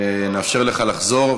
נאפשר לך לחזור,